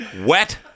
wet